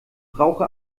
brauche